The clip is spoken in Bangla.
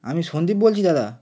আমি সন্দীপ বলছি দাদা